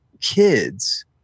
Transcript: kids